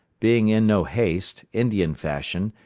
being in no haste, indian fashion,